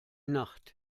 nacht